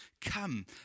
come